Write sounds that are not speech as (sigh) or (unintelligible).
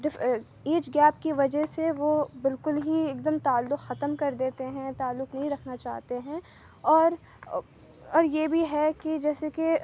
(unintelligible) age gap کی وجہ سے وہ بالکل ہی ایک دم تعلق ختم کر دیتے ہیں تعلق نہیں رکھنا چاہتے ہیں اور اور یہ بھی ہے جیسے کہ